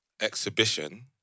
exhibition